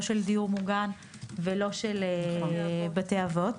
לא של דיור מוגן ולא של בתי אבות,